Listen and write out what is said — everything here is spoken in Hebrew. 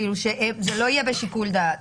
אני רוצה שבזה לא יהיה שיקול דעת,